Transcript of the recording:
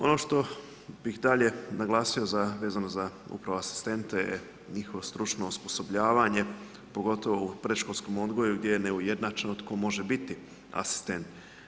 Ono što bih dalje naglasio vezano upravo za asistente je njihovo stručno osposobljavanje pogotovo u predškolskom odgoju gdje je neujednačeno tko može biti asistent.